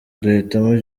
duhitamo